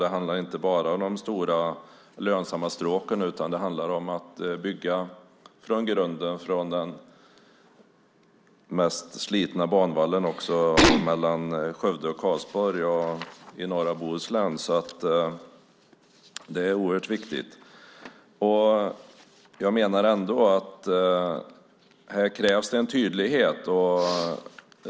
Det handlar inte bara om de stora och lönsamma stråken, utan det handlar också om att bygga från grunden på den mest slitna banvallen mellan Skövde och Karlsborg och på banorna i norra Bohuslän. Här krävs en tydlighet.